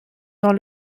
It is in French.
dans